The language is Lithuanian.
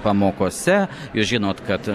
pamokose jūs žinot kad